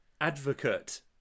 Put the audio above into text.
advocate